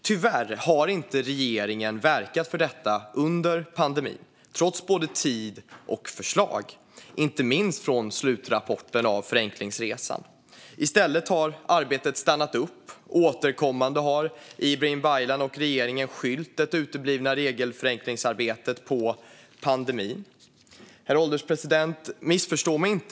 Tyvärr har regeringen inte verkat för detta under pandemin trots både tid och förslag, inte minst från slutrapporten från Förenklingsresan. I stället har arbetet stannat upp. Återkommande har Ibrahim Baylan och regeringen skyllt det uteblivna regelförenklingsarbetet på pandemin. Missförstå mig inte, herr ålderspresident.